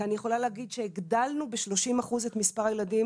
כי אני יכולה להגיד שהגדלנו ב-30 אחוז את מספר הילדים